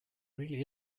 really